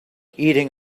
eating